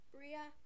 Bria